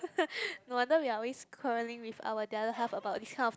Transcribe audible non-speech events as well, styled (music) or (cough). (noise) no wonder we are always quarreling with our the other half about this kind of